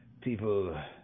people